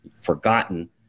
forgotten